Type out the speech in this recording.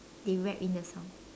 they rap in the song